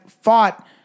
fought